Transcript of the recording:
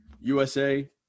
USA